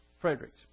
Fredericks